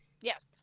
Yes